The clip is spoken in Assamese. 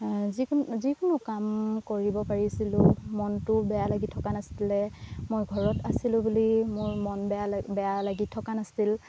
যিকোনো যিকোনো কাম কৰিব পাৰিছিলোঁ মনটো বেয়া লাগি থকা নাছিলে মই ঘৰত আছিলোঁ বুলি মোৰ মন বেয়া লাগি বেয়া লাগি থকা নাছিল